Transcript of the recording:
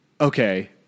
okay